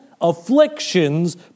afflictions